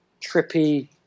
trippy